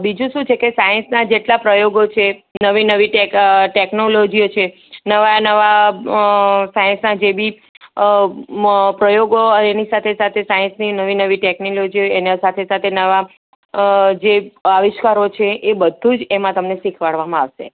બીજું શું છે કે સાયન્સના જેટલા પણ પ્રયોગો છે નવી નવી ટેકનોલોજીઓ છે નવા નવા સાયન્સ જે બી પ્રયોગો એની સાથે સાથે સાયન્સની નવી નવી ટેકનોલોજીઓ છે એની સાથે નવા નવા જે આવિષ્કારો છે એ બધું જ એમાં તમને શીખવાડવામાં આવશે